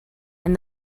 and